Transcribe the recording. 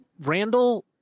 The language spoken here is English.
randall